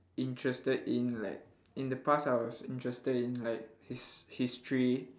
interested in like in the past I was interested in like his~ history